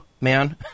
man